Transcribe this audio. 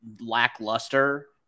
lackluster